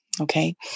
okay